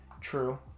true